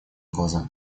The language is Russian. глаза